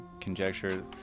conjecture